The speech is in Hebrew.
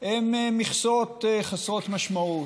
הן מכסות חסרות משמעות.